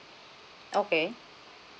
okay